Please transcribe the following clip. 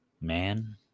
man